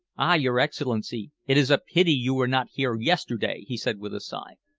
ah! your excellency. it is a pity you were not here yesterday, he said with a sigh.